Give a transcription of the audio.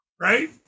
Right